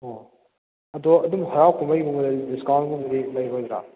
ꯑꯣ ꯑꯗꯣ ꯑꯗꯨꯝ ꯍꯔꯥꯎ ꯀꯨꯝꯍꯩꯒꯨꯝꯕꯗꯗꯤ ꯗꯤꯁꯀꯥꯎꯟꯒꯨꯝꯕꯗꯤ ꯂꯩꯔꯣꯏꯗ꯭ꯔꯥ